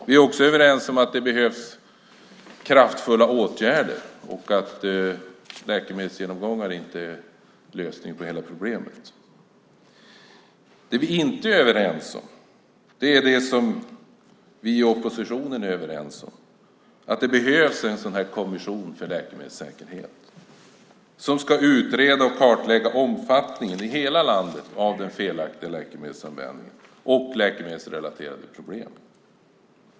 Vi är också överens om att det behövs kraftfulla åtgärder och att läkemedelsgenomgångar inte är lösningen på hela problemet. Det vi inte är överens om är det som vi i oppositionen är överens om: Det behövs en kommission för läkemedelssäkerhet som ska utreda och kartlägga omfattningen i hela landet av den felaktiga läkemedelsanvändningen och läkemedelsrelaterade problem.